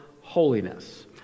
holiness